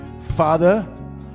Father